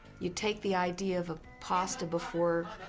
you take the idea of of pasta before